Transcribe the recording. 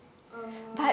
err